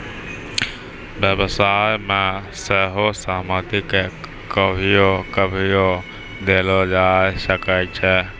व्यवसाय मे सेहो सहमति के कभियो कभियो देलो जाय सकै छै